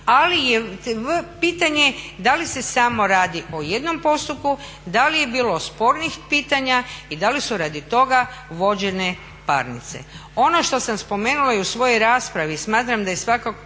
ali je pitanje da li se samo radi o jednom postupku, da li je bilo spornih pitanja i da li su radi toga vođene parnice. Ono što sam spomenula i u svojoj raspravi i smatram da je svakako